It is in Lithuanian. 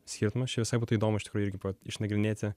skirtumus čia visai būtų įdomu iš tikrųjų irgi pa išnagrinėti